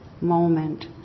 moment